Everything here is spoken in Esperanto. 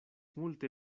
multe